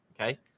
Okay